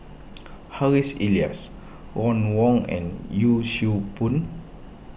Harry's Elias Ron Wong and Yee Siew Pun